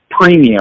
premium